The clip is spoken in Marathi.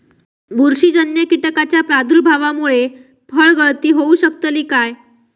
बुरशीजन्य कीटकाच्या प्रादुर्भावामूळे फळगळती होऊ शकतली काय?